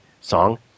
song